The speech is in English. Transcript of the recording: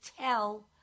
tell